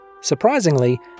surprisingly